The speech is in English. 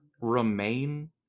remain